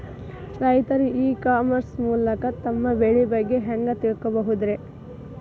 ರೈತರು e commerce ಮೂಲಕ ತಮ್ಮ ಬೆಳಿ ಬಗ್ಗೆ ಹ್ಯಾಂಗ ತಿಳ್ಕೊಬಹುದ್ರೇ?